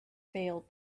failed